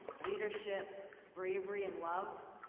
leadership, bravery, and love.